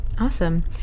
Awesome